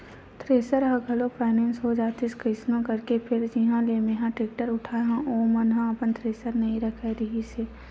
thresher ह घलोक finance हो जातिस कइसनो करके फेर जिहाँ ले मेंहा टेक्टर उठाय हव नवा ओ मन ह थेरेसर नइ रखे रिहिस हे